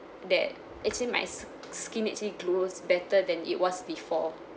that actually s~ skin actually glows better than it was before